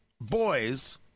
boys